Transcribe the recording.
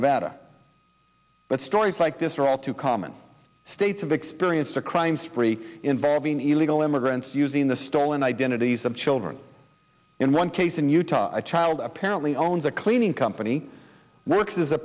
matter but stories like this are all too common states of experience a crime spree involving illegal immigrants using the stolen identities of children in one case in utah a child apparently owns a cleaning company works as a